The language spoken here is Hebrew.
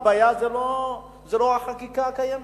הבעיה היא לא החקיקה הקיימת,